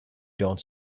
don’t